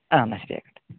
ആ എന്നാൽ ശരി ആയിക്കോട്ടെ